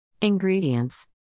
Ingredients